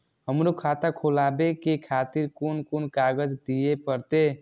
हमरो खाता खोलाबे के खातिर कोन कोन कागज दीये परतें?